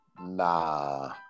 Nah